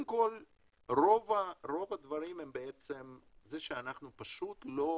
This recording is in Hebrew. רוב הדברים הם זה שאנחנו פשוט לא